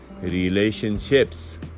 relationships